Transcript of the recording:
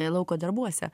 lauko darbuose